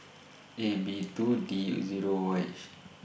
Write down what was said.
A B two D Zero H